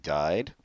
died